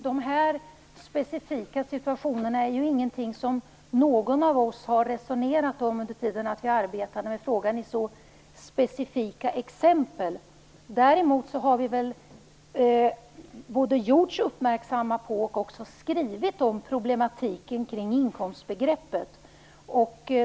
Herr talman! Dessa specifika exempel har ingen av oss resonerat om under den tid vi har arbetat med frågan. Däremot har vi både gjorts uppmärksamma på och skrivit om problematiken kring inkomstbegreppet.